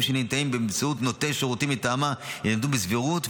שניתנים באמצעות נותני שירותים מטעמה יינתנו בסבירות,